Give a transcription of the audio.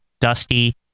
Dusty